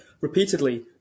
repeatedly